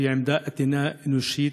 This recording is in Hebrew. שהיא עמדה איתנה, אנושית,